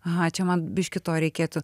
aha čia man biškį to reikėtų